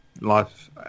life